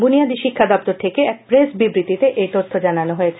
বুনিয়াদী শিক্ষা দপ্তর থেকে এক প্রেস বিবৃতিতে এই তথ্য জানানো হয়েছে